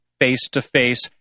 face-to-face